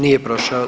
Nije prošao.